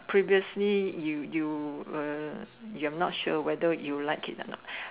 previously you you you are not sure whether you like it or not